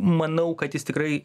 manau kad jis tikrai